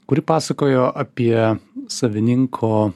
kuri pasakojo apie savininko